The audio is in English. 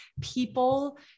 people